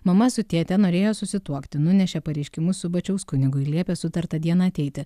mama su tėte norėjo susituokti nunešė pareiškimus subačiaus kunigui liepė sutartą dieną ateiti